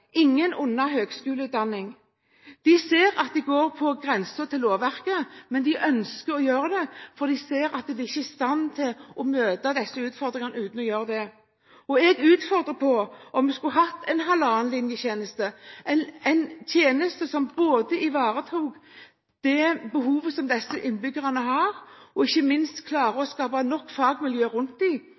høgskoleutdanning. De sier at de jobber på grensen av lovverket, men de ønsker å gjøre det, for de ser at de ikke er i stand til å møte disse utfordringene uten å gjøre det. Jeg utfordrer statsråden med tanke på om vi skulle hatt en halvannenlinjetjeneste, en tjeneste som både ville ivareta behovet som disse innbyggerne har, og ikke minst skape et fagmiljø rundt